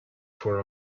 for